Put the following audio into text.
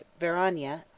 Verania